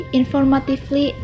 informatively